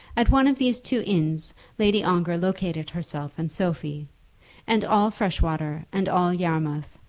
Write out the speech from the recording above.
at one of these two inns lady ongar located herself and sophie and all freshwater, and all yarmouth,